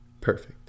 Perfect